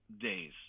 days